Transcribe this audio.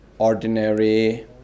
ordinary